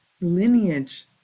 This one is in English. lineage